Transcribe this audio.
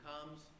comes